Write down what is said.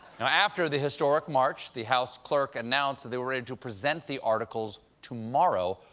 you know after the historic march, the house clerk announced they were ready to present the articles tomorrow,